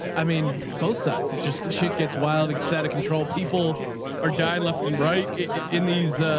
i mean both sides. it's just shit gets wild. it gets out of control. people are dying left and right in these,